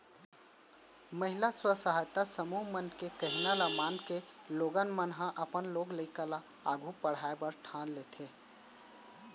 महिला स्व सहायता समूह मन के कहिना ल मानके लोगन मन ह अपन लोग लइका ल आघू पढ़ाय बर ठान लेथें